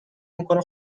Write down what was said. میکنه